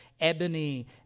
ebony